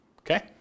Okay